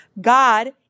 God